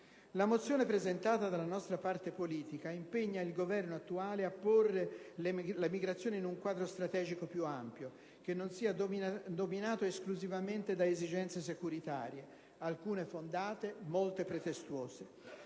mi onoro di essere il primo firmatario, impegna il Governo attuale a porre la migrazione in un quadro strategico più ampio, che non sia dominato esclusivamente dalle esigenze securitarie (alcune fondate, molte pretestuose).